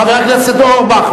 חבר הכנסת אורבך,